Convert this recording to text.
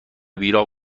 بیراه